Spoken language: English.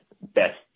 best